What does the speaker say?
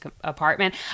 apartment